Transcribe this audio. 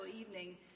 evening